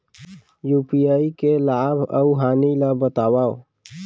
UPI के लाभ अऊ हानि ला बतावव